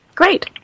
Great